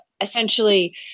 essentially